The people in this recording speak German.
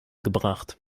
gebracht